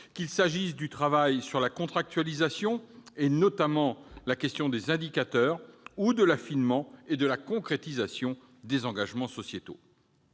qu'il s'agisse du travail sur la contractualisation- je pense notamment aux indicateurs -ou de l'affinement et de la concrétisation des engagements sociétaux.